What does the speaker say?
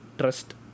trust